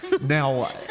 Now